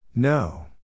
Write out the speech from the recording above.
No